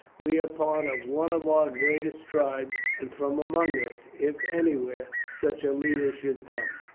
we are part of one of our greatest tribes, and from among us, if anywhere, such a leader should come.